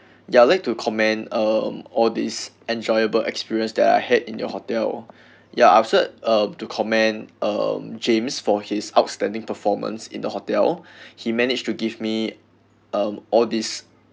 ya I like to comment um all this enjoyable experience that I had in your hotel ya um I'm set to comment um james for his outstanding performance in the hotel he managed to give me um all these